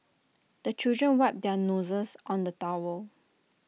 the children wipe their noses on the towel